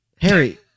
Harry